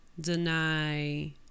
deny